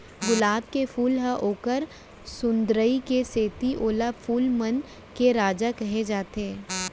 गुलाब के फूल ल ओकर सुंदरई के सेती ओला फूल मन के राजा कहे जाथे